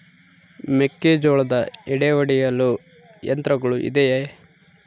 ಮೆಕ್ಕೆಜೋಳದ ಎಡೆ ಒಡೆಯಲು ಯಂತ್ರಗಳು ಇದೆಯೆ?